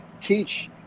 teach